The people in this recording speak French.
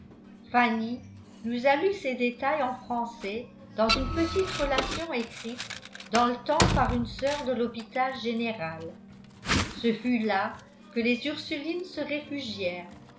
fanny nous a lu ces détails en français dans une petite relation écrite dans le temps par une sœur de lhôpital général ce fut là que les ursulines se réfugièrent